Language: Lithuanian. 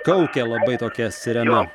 kaukia labai tokia sirena